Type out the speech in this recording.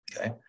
okay